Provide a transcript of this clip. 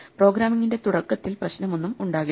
പ്രോഗ്രാമിംഗിന്റെ തുടക്കത്തിൽ പ്രശ്നമൊന്നും ഉണ്ടാകില്ല